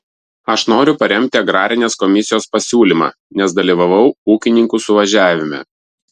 aš noriu paremti agrarinės komisijos pasiūlymą nes dalyvavau ūkininkų suvažiavime